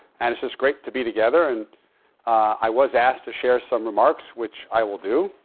and it's just great to be together. and i was asked to share some remarks, which i will do.